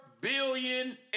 billion